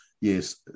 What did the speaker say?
yes